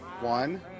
One